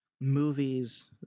movies